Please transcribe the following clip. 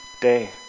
day